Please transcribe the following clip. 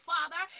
Father